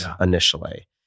initially